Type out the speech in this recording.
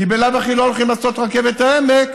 כי בלאו הכי לא הולכים לעשות את רכבת העמק,